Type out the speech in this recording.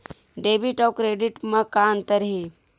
Debit अउ credit म का अंतर हे?